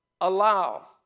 Allow